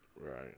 Right